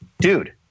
dude